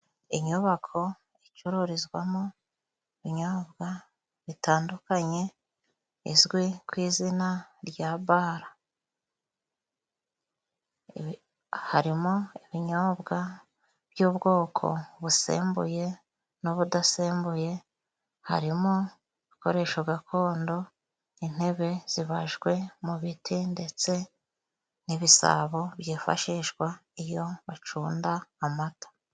Inyubako icurizwamo ibinyobwa bitandukanye, izwi ku izina rya bara harimo ibinyobwa by'ubwoko busembuye n'ubudasembuye harimo ibikoresho gakondo, intebe zibajwe mu biti ndetse n'ibisabo byifashishwa iyo bacunda amata.